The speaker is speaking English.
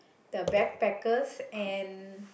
the backpackers and